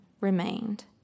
remained